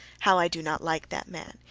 how i do not like that man!